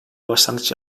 başlangıç